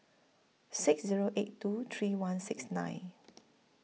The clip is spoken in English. six Zero eight two three one six nine